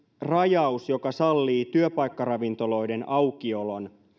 rajaus joka sallii työpaikkaravintoloiden aukiolon